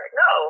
no